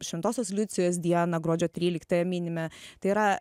šventosios liucijos dieną gruodžio tryliktąją minime tai yra